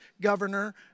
governor